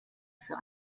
für